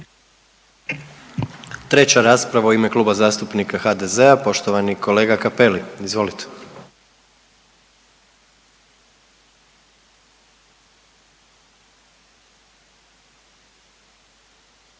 Treća rasprava u ime Kluba zastupnika HDZ-a poštovani kolega Cappelli. Izvolite.